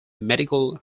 medical